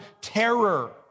terror